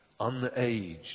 unaged